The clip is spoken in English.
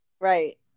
Right